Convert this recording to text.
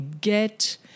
get